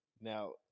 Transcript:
Now